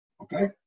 Okay